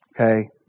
Okay